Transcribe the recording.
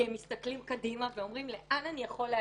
כי הם מסתכלים קדימה ואומרים: לאן אני יכול להגיע?